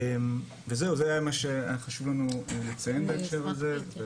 זה מה שהיה חשוב לנו לציין בהקשר הזה.